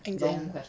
exam